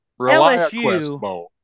lsu